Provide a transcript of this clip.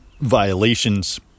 violations